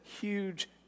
huge